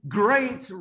great